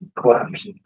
collapse